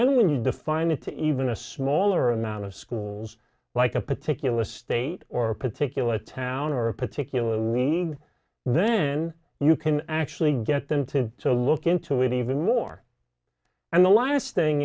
then when you define it to even a smaller amount of schools like a particular state or a particular town or a particular league then you can actually get them to look into it even more and the last thing